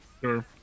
Sure